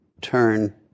turn